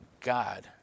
God